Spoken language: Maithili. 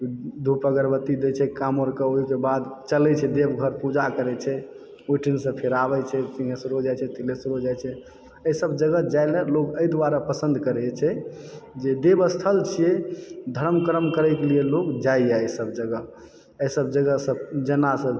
धूप अगरबत्ती दै छै काँवर के ओकरबाद चलै छै देवघर पूजा करै छै ओहिठाम सॅं फेर आबै छै सिंहेश्वरो जाइ छै तिल्हेश्वरो जाइ छै एहि सब जगह जाइलए लोक एहि दुआरे पसन्द करै छै जे देवस्थल छियै धरम करम करे के लिय लोक जाइया एहि सब जगह एहि सब जगह सऽ जेना सऽ